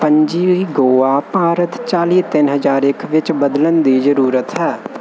ਪਣਜੀ ਗੋਆ ਭਾਰਤ ਚਾਲੀ ਤਿੰਨ ਹਜ਼ਾਰ ਇੱਕ ਵਿੱਚ ਬਦਲਣ ਦੀ ਜ਼ਰੂਰਤ ਹੈ